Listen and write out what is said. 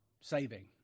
Saving